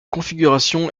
configuration